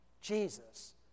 Jesus